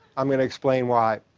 i'm going to explain why.